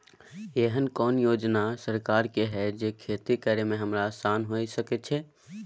एहन कौय योजना सरकार के है जै खेती करे में हमरा आसान हुए सके छै?